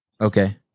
okay